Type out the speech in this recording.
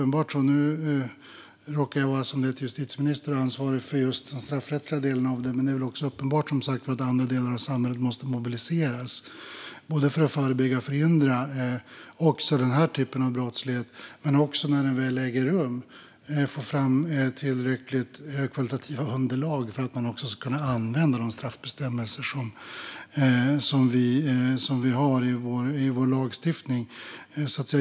Nu råkar jag vara justitieminister och är ansvarig för den straffrättsliga delen, men låt mig bekräfta att det är uppenbart att även andra delar av samhället måste mobiliseras för att både förebygga och förhindra brottslighet som denna. När den väl äger rum måste tillräckligt högkvalitativt underlag också tas fram så att man kan använda de straffbestämmelser som finns i lagstiftningen.